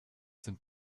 sind